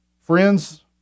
friends